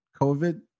COVID